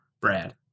brad